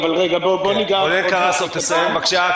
רונן קרסו, תסיים בבקשה.